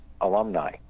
alumni